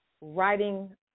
writing